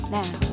now